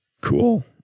Cool